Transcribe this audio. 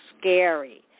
scary